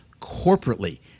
corporately